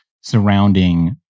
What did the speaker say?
surrounding